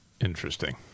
Interesting